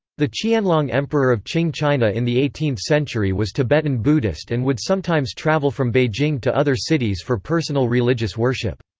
the qianlong emperor of qing china in the eighteenth century was tibetan buddhist and would sometimes travel from beijing to other cities for personal religious worship.